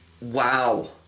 Wow